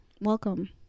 Welcome